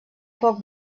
poc